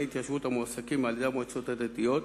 התיישבות המועסקים על-ידי המועצות הדתיות,